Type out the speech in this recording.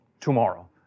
tomorrow